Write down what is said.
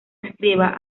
escriba